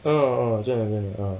oh 真的真的 oh